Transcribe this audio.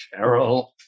Cheryl